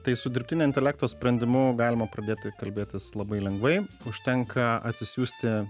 tai su dirbtinio intelekto sprendimu galima pradėti kalbėtis labai lengvai užtenka atsisiųsti